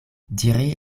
diri